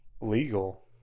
legal